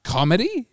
Comedy